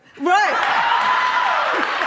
Right